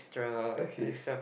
okay